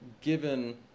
given